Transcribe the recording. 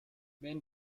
wenn